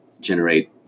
generate